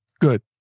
Good